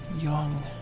young